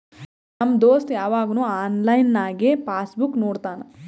ನಮ್ ದೋಸ್ತ ಯವಾಗ್ನು ಆನ್ಲೈನ್ನಾಗೆ ಪಾಸ್ ಬುಕ್ ನೋಡ್ತಾನ